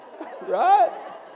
Right